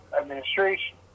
administration